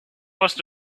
must